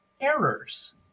errors